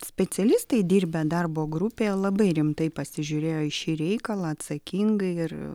specialistai dirbę darbo grupėje labai rimtai pasižiūrėjo į šį reikalą atsakingai ir